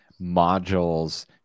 modules